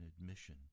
admission